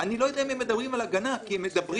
לא יודע אם הם מדברים על הגנה כי הם מדברים